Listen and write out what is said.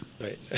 Right